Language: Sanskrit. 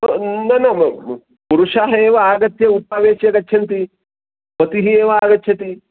न न म पुरुषाः एव आगत्य उपावेश्य गच्छन्ति पतिः एव आगच्छति